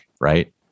right